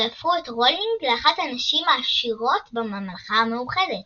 והפכו את רולינג לאחת הנשים העשירות בממלכה המאוחדת